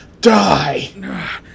Die